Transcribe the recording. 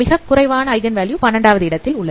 மிகக்குறைவான eigen value 12வது இடத்தில் உள்ளது